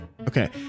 Okay